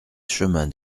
chemin